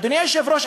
אדוני היושב-ראש,